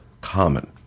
common